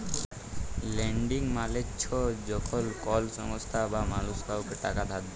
lending মালে চ্ছ যখল কল সংস্থা বা মালুস কাওকে টাকা ধার দেয়